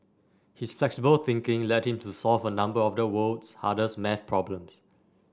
his flexible thinking led him to solve a number of the world's hardest maths problems